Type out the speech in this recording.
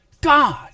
God